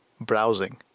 browsing